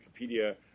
Wikipedia